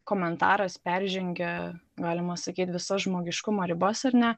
komentaras peržengia galima sakyt visas žmogiškumo ribas ar ne